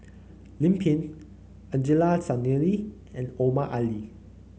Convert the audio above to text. Lim Pin Angelo Sanelli and Omar Ali